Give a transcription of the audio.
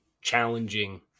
challenging